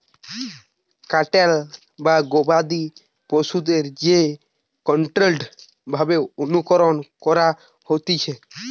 cattle বা গবাদি পশুদের যে কন্ট্রোল্ড ভাবে অনুকরণ করা হতিছে